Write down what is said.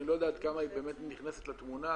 אני לא יודע עד כמה היא נכנסת לתמונה